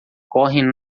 correm